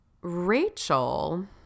Rachel